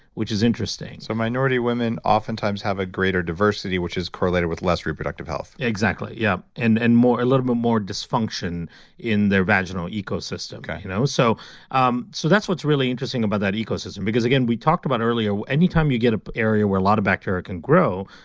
which is interesting so minority women oftentimes have a greater diversity, which is correlated with less reproductive health exactly. yeah. and and a little bit more dysfunction in their vaginal ecosystem. yeah you know so um so that's what's really interesting about that ecosystem because again, we talked about earlier, anytime you get an area where a lot of bacteria can grow,